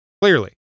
clearly